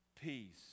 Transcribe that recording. peace